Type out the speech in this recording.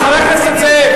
אני רואה אותך, זה מספיק.